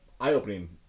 eye-opening